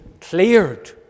cleared